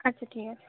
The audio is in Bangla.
আচ্ছা ঠিক আছে